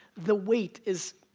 the weight is,